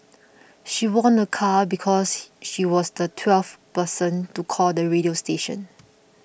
she won a car because she was the twelfth person to call the radio station